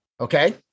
okay